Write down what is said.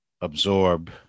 absorb